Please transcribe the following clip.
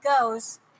goes